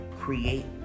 create